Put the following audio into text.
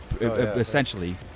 essentially